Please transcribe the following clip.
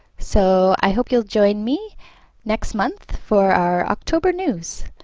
so, i hope you'll join me next month for our october news.